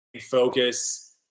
focus